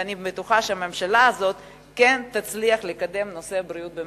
ואני בטוחה שהממשלה הזאת כן תצליח לקדם את נושא הבריאות במדינה.